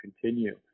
continue